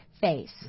face